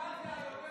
ממש לא.